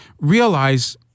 realize